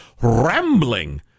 rambling